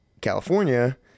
California